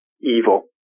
evil